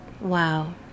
Wow